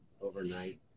overnight